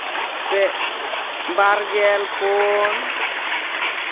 ᱵᱟᱨ ᱜᱮᱞ ᱯᱩᱱ